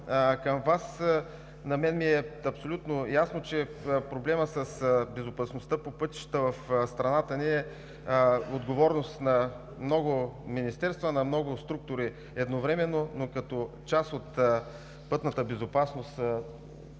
въпроса към Вас, абсолютно ми е ясно, че проблемът с безопасността по пътищата в страната ни е отговорност на много министерства, на много структури едновременно, но като част от пътната безопасност и